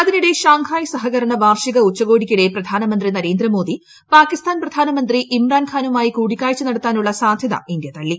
അതിനിടെ ഷാങ്ഹായ് സഹകരണ വാർഷിക ഉച്ചുകോടിക്കിടെ പ്രധാനമന്ത്രി നരേന്ദ്രമോട്ടി പ്രാകിസ്ഥാൻ പ്രധാനമന്ത്രി ഇമ്രാൻ ഖാനുമായി കൂടിക്കാഴ്ച നട്ടര്ത്ത്ങ്നുള്ള സാധൃത ഇന്തൃ തള്ളി